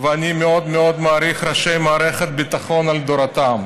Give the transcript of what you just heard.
ואני מאוד מאוד מעריך את ראשי מערכת הביטחון לדורותיהם,